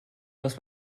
was